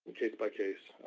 case by case.